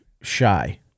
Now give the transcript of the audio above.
shy